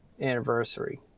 anniversary